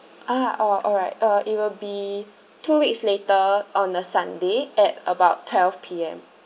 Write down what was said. ah alright alright uh it will be two weeks later on a sunday at about twelve P_M